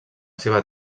seva